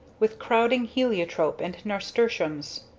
with crowding heliotrope and nasturtiums.